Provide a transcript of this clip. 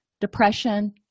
depression